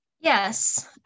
Yes